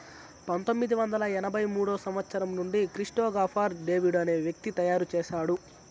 పంతొమ్మిది వందల ఎనభై మూడో సంవచ్చరం నుండి క్రిప్టో గాఫర్ డేవిడ్ అనే వ్యక్తి తయారు చేసాడు